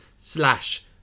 slash